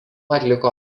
atliko